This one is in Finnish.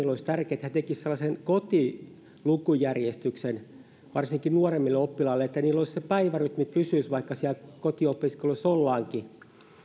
olisi tärkeätä että vanhemmat tekisivät sellaisen kotilukujärjestyksen varsinkin nuoremmille oppilaille jotta heillä se päivärytmi pysyisi vaikka siellä kotiopiskelussa ollaankin